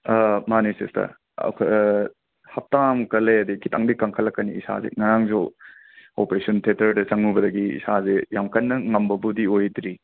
ꯃꯥꯅꯦ ꯁꯤꯁꯇꯔ ꯑꯩꯈꯣꯏ ꯍꯞꯇꯥꯃꯨꯛꯀ ꯂꯩꯔꯗꯤ ꯈꯤꯠꯇꯪꯗꯤ ꯀꯟꯈꯠꯂꯛꯀꯅꯤ ꯏꯁꯥꯁꯦ ꯉꯔꯥꯡꯁꯨ ꯑꯣꯄꯔꯦꯁꯟ ꯊꯦꯇꯔꯗ ꯆꯪꯉꯨꯕꯗꯒꯤ ꯏꯁꯥꯁꯦ ꯌꯥꯝꯅ ꯀꯟꯅ ꯉꯝꯕꯕꯨꯗꯤ ꯑꯣꯏꯗ꯭ꯔꯤ